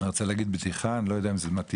אני רוצה לספר בדיחה, אני לא יודע אם זה מתאים,